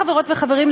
חברות וחברים,